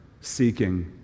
seeking